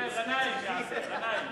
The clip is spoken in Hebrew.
גנאים יעשה, גנאים.